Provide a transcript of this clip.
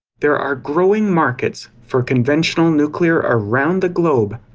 there are growing markets for conventional nuclear around the globe,